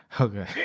Okay